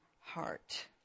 heart